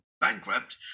bankrupt